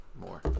more